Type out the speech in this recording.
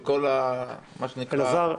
של כל מה שנקרא --- אלעזר,